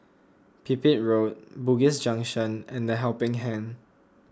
Pipit Road Bugis Junction and the Helping Hand